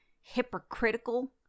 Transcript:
hypocritical